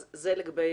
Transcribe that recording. לגבי